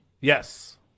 Yes